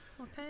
Okay